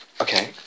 Okay